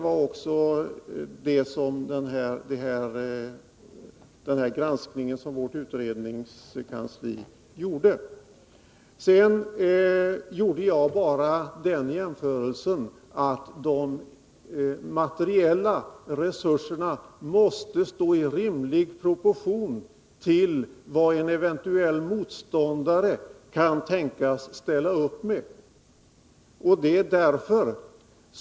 Jag konstaterade att de materiella resurserna måste stå i rimlig proportion till vad en eventuell motståndare kan tänkas ställa upp med.